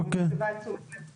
אני מסבה את תשומת לב הוועדה לכך.